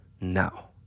now